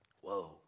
Whoa